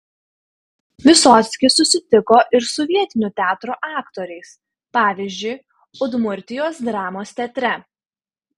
vysockis susitiko ir su vietinių teatrų aktoriais pavyzdžiui udmurtijos dramos teatre